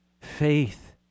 Faith